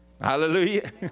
Hallelujah